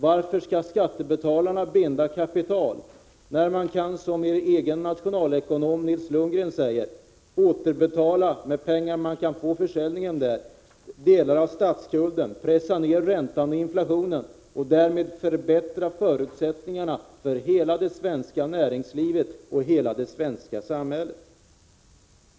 Varför skall skattebetalarna binda kapital i dessa företag när man — som ”min” nationalekonom Nils Lundgren säger — med pengar som man kan få vid försäljningen kan återbetala delar av statsskulden, pressa ned räntan och inflationen och förbättra förutsättningarna för hela det svenska näringslivet och hela det svenska samhället?